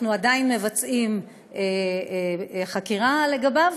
אנחנו עדיין מבצעים חקירה לגביו,